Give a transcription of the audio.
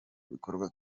bikorwa